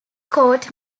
court